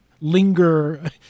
linger